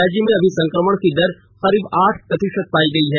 राज्य में अभी संक्रमण दर करीब आठ प्रतिशत पाया गया है